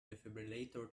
defibrillator